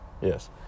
yes